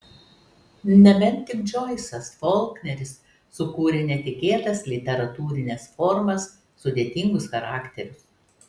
nebent tik džoisas folkneris sukūrę netikėtas literatūrines formas sudėtingus charakterius